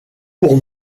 pour